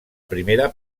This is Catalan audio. primera